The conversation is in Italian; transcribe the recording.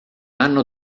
anno